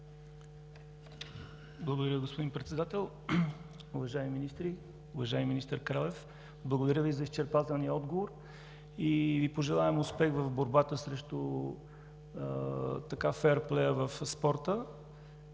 Благодаря, господин Председател. Уважаеми министри! Уважаеми министър Кралев, благодаря Ви за изчерпателния отговор и Ви пожелавам успех в борбата срещу феърплея в спорта